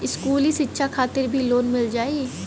इस्कुली शिक्षा खातिर भी लोन मिल जाई?